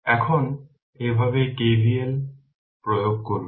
এখন এভাবে KVL প্রয়োগ করুন